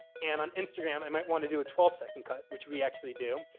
and on instagram i might want to do a twelve second cut which we actually do.